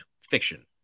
fiction